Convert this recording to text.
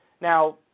Now